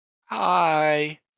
Hi